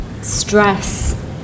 stress